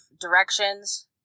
directions